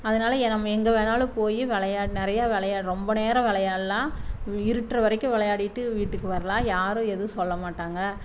அதனால நம்ம எங்கே வேணாலும் போய் விளையா நிறைய விளையாட் ரொம்ப நேரம் விளையாட்லாம் இருட்டுற வரைக்கும் விளையாடிட்டு வீட்டுக்கு வரலாம் யாரும் எதும் சொல்லமாட்டாங்க